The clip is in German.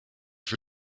für